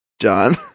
John